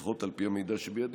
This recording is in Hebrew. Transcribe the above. לפחות על פי המידע שבידי,